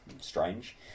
strange